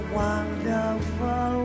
wonderful